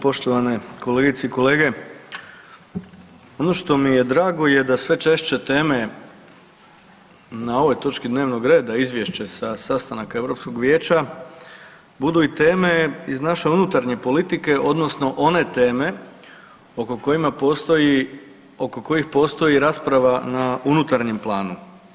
Poštovane kolegice i kolege ono što mi je drago je da sve češće teme na ovoj točki dnevnog reda Izvješće sa sastanaka Europskog vijeća budu i teme iz naše unutarnje politike odnosno one teme oko kojih postoji rasprava na unutarnjem planu.